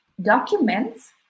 documents